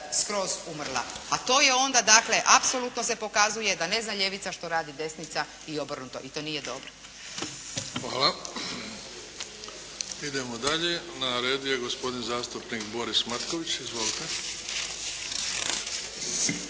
skroz umrla, a to je onda dakle apsolutno se pokazuje da ne zna ljevica što radi desnica i obrnuto i to nije dobro. **Bebić, Luka (HDZ)** Hvala. Idemo dalje. Na redu je gospodin zastupnik Boris Matković. Izvolite.